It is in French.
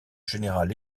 général